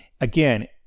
again